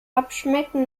abschmecken